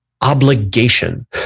obligation